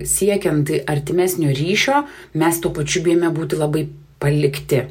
siekiant artimesnio ryšio mes tuo pačiu bijome būti labai palikti